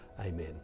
Amen